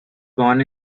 born